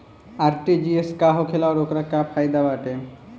RTGS का होखेला और ओकर का फाइदा बाटे?